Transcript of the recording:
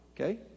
Okay